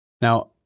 Now